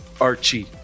Archie